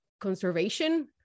conservation